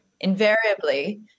invariably